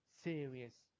Serious